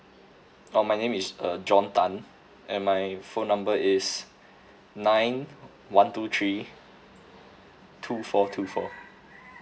oh my name is uh john tan and my phone number is nine one two three two four two four